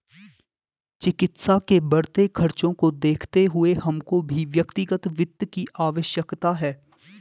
चिकित्सा के बढ़ते खर्चों को देखते हुए हमको भी व्यक्तिगत वित्त की आवश्यकता है